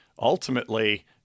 ultimately